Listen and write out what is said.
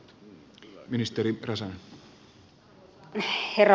herra puhemies